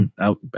out